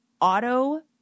auto